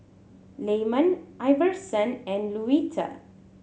Lyman Iverson and Luetta